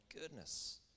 goodness